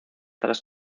tras